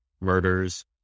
murders